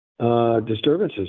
Disturbances